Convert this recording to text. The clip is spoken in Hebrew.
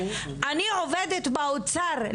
אני עובדת באוצר,